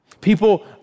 People